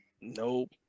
Nope